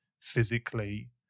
physically